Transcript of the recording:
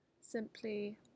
Simply